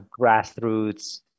grassroots